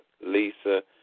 Lisa